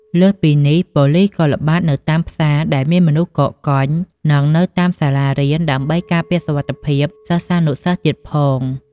លើសពីនេះ ប៉ូលិសក៏ល្បាតនៅតាមផ្សារដែលមានមនុស្សកកកុញ និងនៅតាមសាលារៀនដើម្បីការពារសុវត្ថិភាពសិស្សានុសិស្សទៀតផង។